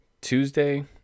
Tuesday